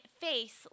face